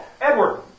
Edward